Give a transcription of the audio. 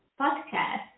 podcast